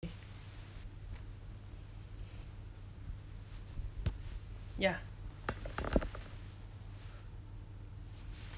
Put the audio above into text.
yeah